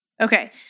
Okay